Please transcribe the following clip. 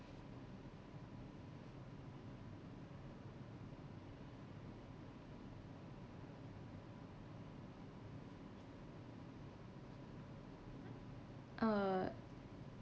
uh